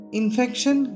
infection